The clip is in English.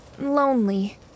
lonely